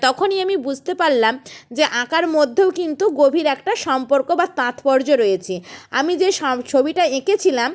তখনই আমি বুঝতে পারলাম যে আঁকার মধ্যেও কিন্তু গভীর একটা সম্পর্ক বা তাৎপর্য রয়েছে আমি যে সম্ ছবিটা এঁকেছিলাম